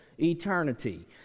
eternity